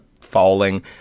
falling